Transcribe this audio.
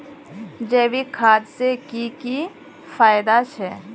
जैविक खाद से की की फायदा छे?